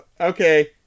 Okay